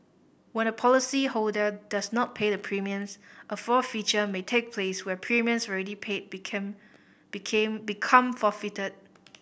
when a policyholder does not pay the premiums a forfeiture may take place where premiums ready paid became became become forfeited